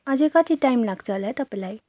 अझ कति टाइम लाग्छ होला है तपाईँलाई